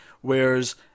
Whereas